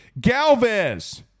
Galvez